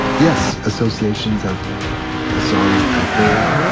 yes, associations of the songs i heard.